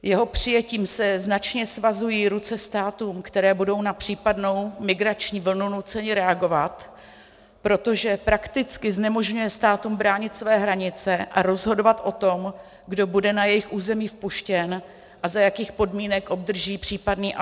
Jeho přijetím se značně svazují ruce státům, které budou na případnou migrační vlnu nuceny reagovat, protože prakticky znemožňuje státům bránit své hranice a rozhodovat o tom, kdo bude na jejich území vpuštěn a za jakých podmínek obdrží případný azyl.